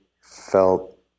felt